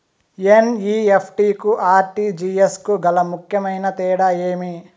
NEFT కు RTGS కు గల ముఖ్యమైన తేడా ఏమి?